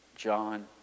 John